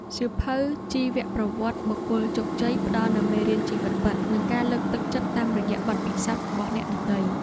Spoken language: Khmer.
សៀវភៅជីវប្រវត្តិបុគ្គលជោគជ័យ ផ្ដល់នូវមេរៀនជីវិតពិត និងការលើកទឹកចិត្តតាមរយៈបទពិសោធន៍របស់អ្នកដទៃ។